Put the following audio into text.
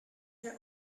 her